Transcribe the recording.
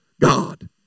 God